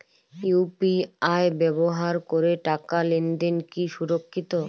UPI ব্যবহার করে টাকা লেনদেন কি সুরক্ষিত?